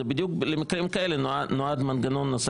בדיוק למקרים כאלה נועד מנגנון נושא